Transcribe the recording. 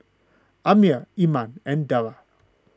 Ammir Iman and Dara